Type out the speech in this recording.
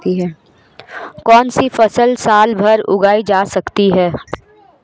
कौनसी फसल साल भर उगाई जा सकती है?